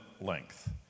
length